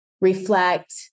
reflect